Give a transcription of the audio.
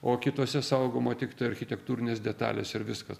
o kitose saugoma tik architektūrinės detalės ir viskas